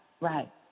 right